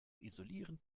isolieren